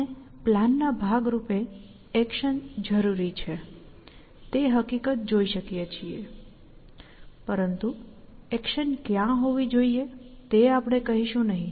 આપણે પ્લાનના ભાગ રૂપે એક્શન જરૂરી છે તે હકીકત જોઈ શકીએ છીએ પરંતુ એક્શન ક્યાં હોવી જોઈએ તે આપણે કહીશું નહીં